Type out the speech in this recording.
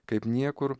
kaip niekur